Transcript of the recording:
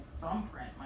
thumbprint